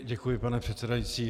Děkuji, pane předsedající.